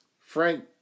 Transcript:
Frank